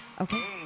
Okay